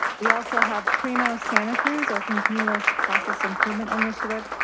we also have primo santa cruz our continuous process improvement initiative,